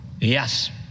Yes